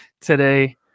today